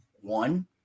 One